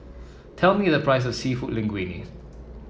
tell me the price of seafood Linguine